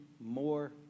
more